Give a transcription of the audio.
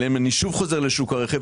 אבל אם אני שוב חוזר לשוק הרכב,